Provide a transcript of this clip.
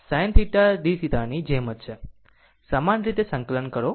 r Vm sinθdθ ની જેમ જ છે સમાન રીતે સંકલન કરો